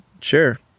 sure